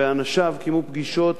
ואנשיו קיימו פגישות,